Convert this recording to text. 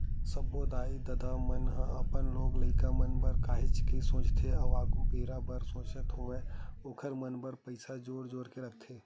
सब्बो दाई ददा मन ह अपन लोग लइका मन बर काहेच के सोचथे आघु बेरा बर सोचत होय ओखर मन बर पइसा जोर जोर के रखथे